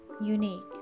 unique